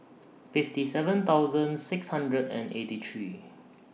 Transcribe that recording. fifty seven thousand six hundred and eighty three